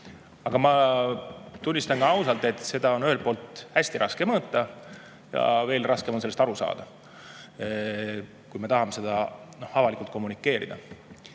Aga ma tunnistan ausalt, et seda on ühelt poolt hästi raske mõõta ja veel raskem on sellest aru saada, kui me tahame seda avalikult kommunikeerida.